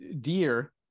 Dear